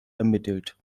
ermittelt